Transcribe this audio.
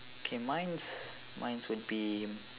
K mine's mine's would be